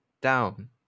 down